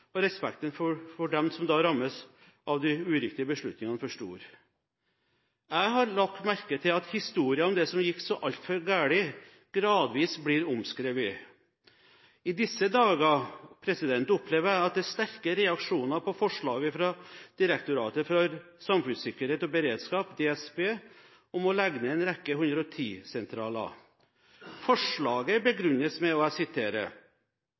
og respekten for dem som da rammes av de uriktige beslutningene, for stor. Jeg har lagt merke til at historien om det som gikk så altfor galt, gradvis blir omskrevet. I disse dager opplever jeg at det er sterke reaksjoner på forslaget fra Direktoratet for samfunnssikkerhet og beredskap, DSB, om å legge ned en rekke 110-sentraler. Forslaget begrunnes med: